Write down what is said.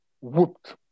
Whooped